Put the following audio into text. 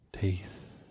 teeth